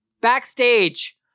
Backstage